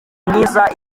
myiza